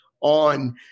on